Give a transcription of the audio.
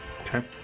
Okay